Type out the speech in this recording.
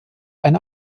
eine